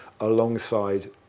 alongside